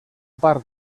part